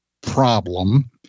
problem